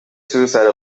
suicide